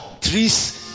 trees